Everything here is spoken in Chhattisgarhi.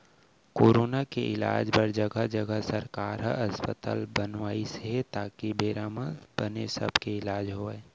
कोरोना के इलाज बर जघा जघा सरकार ह अस्पताल बनवाइस हे ताकि बेरा म बने सब के इलाज होवय